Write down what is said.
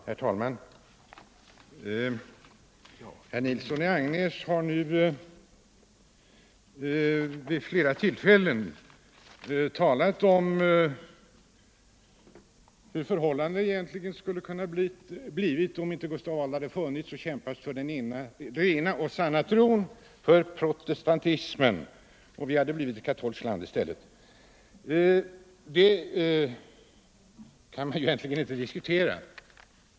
Herr talman! Herr Nilsson i Agnäs har nu vid flera tillfällen talat om hur förhållandena skulle ha kunnat bli, om Gustav II Adolf inte hade funnits och kämpat för den rena och sanna tron, för protestantismen, och Sverige hade blivit ett katolskt land i stället. Detta kan man egentligen inte diskutera.